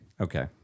Okay